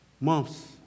months